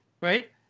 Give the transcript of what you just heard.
right